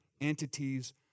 entities